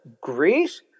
Greece